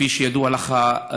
כפי שידוע לך,